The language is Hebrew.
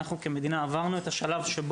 אנחנו עדיין לא יודעים את הכמויות ומשהו